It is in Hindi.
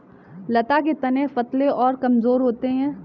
लता के तने पतले और कमजोर होते हैं